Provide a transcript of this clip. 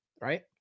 right